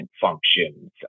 functions